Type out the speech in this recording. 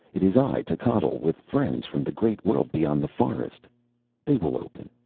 it is i, techotl, with friends from the great world beyond the forest they will open,